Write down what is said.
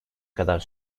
kadar